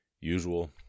usual